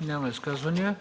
Има ли изказвания?